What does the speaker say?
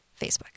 Facebook